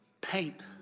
Paint